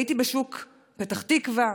הייתי בשוק פתח תקווה,